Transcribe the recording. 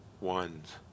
Ones